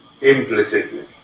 implicitly